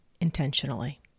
intentionally